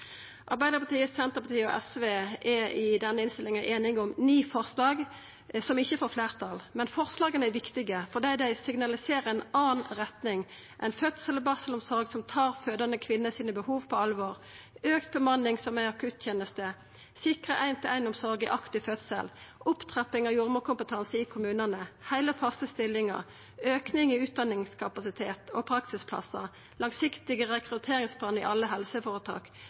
Arbeidarpartiet, Senterpartiet og SV er i denne innstillinga einige om ni forslag, som ikkje får fleirtal. Men forslaga er viktige, for dei signaliserer ei anna retning – ei fødsel- og barselomsorg som tar behova til fødande kvinner på alvor: auka bemanning som ei akutteneste, sikra ein-til-ein-omsorg i aktiv fødsel, opptrapping av jordmorkompetansen i kommunane, heile og faste stillingar, auke i utdanningskapasitet og praksisplassar, langsiktige rekrutteringsplanar i alle